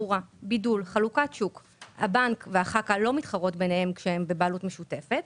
הבנק וחברות כרטיסי האשראי לא מתחרים ביניהם כשהם בבעלות משותפת,